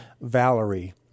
Valerie